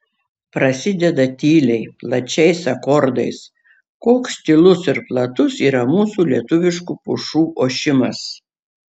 prasideda tyliai plačiais akordais koks tylus ir platus yra mūsų lietuviškų pušų ošimas